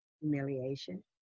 humiliation